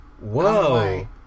Whoa